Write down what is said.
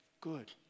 Good